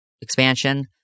expansion